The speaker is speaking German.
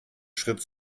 schritt